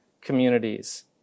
communities